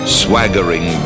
swaggering